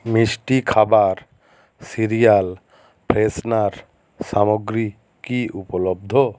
মিষ্টি খাবার cereal freshener সামগ্রী কি উপলব্ধ